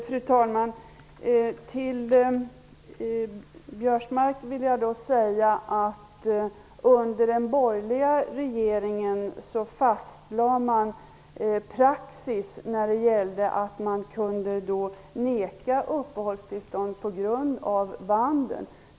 Fru talman! Till Karl-Göran Biörsmark vill jag säga att man under den borgerliga regeringen fastlade praxis när det gällde att kunna neka uppehållstillstånd på grund av vandel.